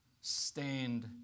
Stand